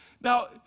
Now